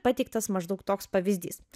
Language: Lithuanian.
pateiktas maždaug toks pavyzdys